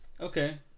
Okay